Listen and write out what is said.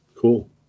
cool